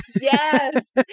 Yes